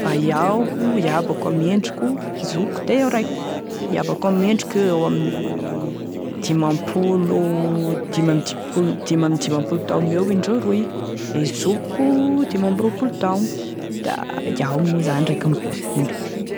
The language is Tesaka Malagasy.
fa da iaho, iabako ame endriko, zokiko da iaho raiky e, iabako ame endriko eo amin'ny dimampolo dimy amin'ny dimampolo, dimy amin'ny dimampolo taogny eo indreo roy, e zokiko, dimy ambiroapolo taogny da iaho moa zany raiky ambiroapolo.